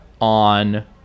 on